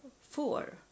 four